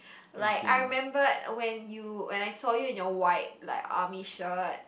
like I remember when you when I saw you in your white like army shirt